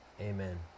Amen